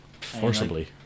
Forcibly